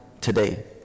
today